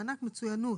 מענק מצוינות